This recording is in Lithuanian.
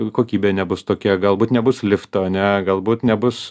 kokybė nebus tokia galbūt nebus lifto ane galbūt nebus